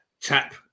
tap